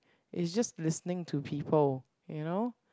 it's just listening to people you know